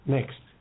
Next